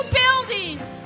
buildings